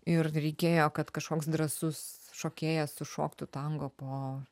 ir reikėjo kad kažkoks drąsus šokėjas sušoktų tango po